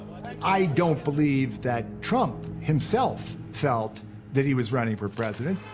i don't believe that trump himself felt that he was running for president,